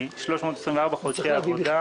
ל-324 חודשי עבודה,